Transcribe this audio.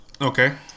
Okay